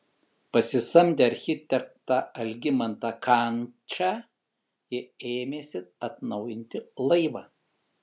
pasisamdę architektą algimantą kančą jie ėmėsi atnaujinti laivą